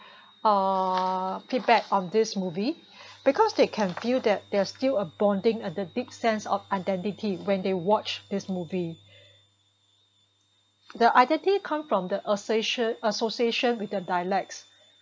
ah feedback on this movie because they can feel that they're still a bonding at the deep sense of identity when they watch this movie the identity come from the aciation~ association with the dialects